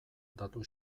datu